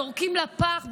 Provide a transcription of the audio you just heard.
זורקים לפח,